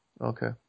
Okay